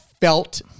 felt